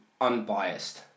unbiased